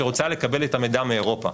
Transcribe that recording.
שרוצה לקבל את המידע מאירופה,.